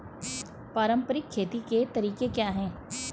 पारंपरिक खेती के तरीके क्या हैं?